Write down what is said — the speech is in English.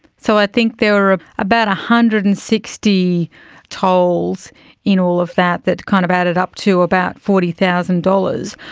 so i think there were ah about one hundred and sixty tolls in all of that that kind of added up to about forty thousand dollars.